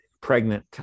pregnant